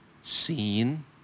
seen